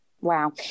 Wow